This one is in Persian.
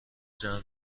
جمع